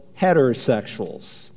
heterosexuals